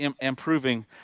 improving